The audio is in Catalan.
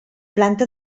planta